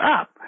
up